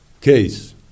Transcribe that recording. case